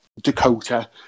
Dakota